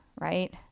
right